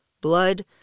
blood